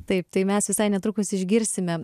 taip tai mes visai netrukus išgirsime